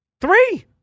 Three